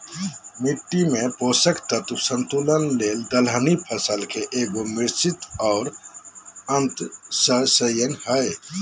मिट्टी में पोषक तत्व संतुलन ले दलहनी फसल के एगो, मिश्रित और अन्तर्शस्ययन हइ